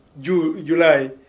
July